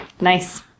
Nice